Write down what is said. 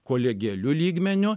kolegialiu lygmeniu